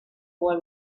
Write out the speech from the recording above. boy